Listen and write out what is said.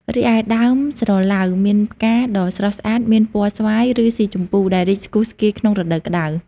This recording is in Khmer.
រីឯ ដើមស្រឡៅមានផ្កាដ៏ស្រស់ស្អាតមានពណ៌ស្វាយ ឬស៊ីជម្ពូ ដែលរីកស្គុះស្គាយក្នុងរដូវក្ដៅ។